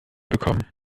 bekommen